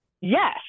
Yes